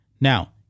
Now